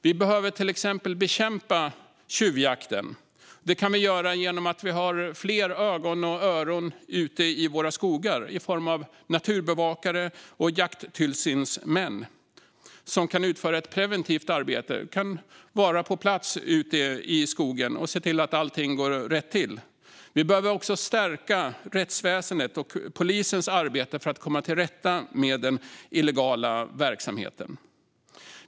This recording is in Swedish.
Vi behöver till exempel bekämpa tjuvjakten. Det kan vi göra genom att vi har fler ögon och öron ute i våra skogar i form av naturbevakare och jakttillsynsmän som kan utföra ett preventivt arbete genom att vara på plats ute i skogen och se till att allting går rätt till. Vi behöver också stärka rättsväsendet och polisens arbete för att komma till rätta med den illegala verksamheten.